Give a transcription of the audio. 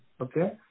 Okay